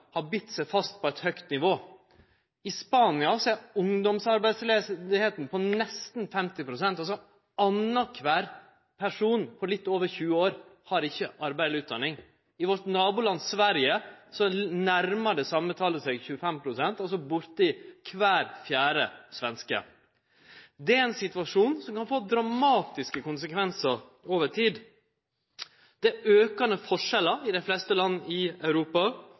har bite seg fast på eit høgt nivå. I Spania er ungdomsarbeidsløysa på nesten 50 pst. – annankvar person på litt over 20 år har altså ikkje arbeid eller utdanning. I vårt naboland Sverige nærmar det same talet seg 25 pst., altså gjeld det bortimot kvar fjerde svenske. Det er ein situasjon som kan få dramatiske konsekvensar over tid. Det er aukande forskjellar i dei fleste land i Europa.